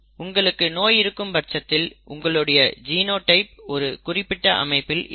உங்களுக்கு நோய் இருக்கும் பட்சத்தில் உங்களுடைய ஜினோடைப் ஒரு குறிப்பிட்ட அமைப்பில் இருக்கும்